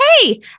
hey